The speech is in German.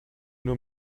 nur